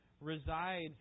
resides